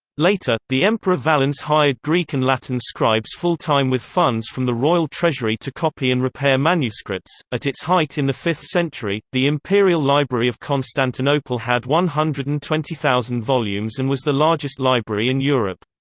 later, the emperor valens hired greek and latin scribes full-time with funds from the royal treasury to copy and repair manuscripts at its height in the fifth century, the imperial library of constantinople had one hundred and twenty thousand volumes and was the largest library in europe.